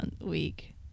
week